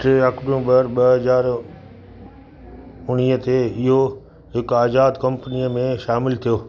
टे अक्टूबर ॿ हज़ार उणिवीह ते इहो हिकु आज़ादु कंपनीअ में शामिलु थियो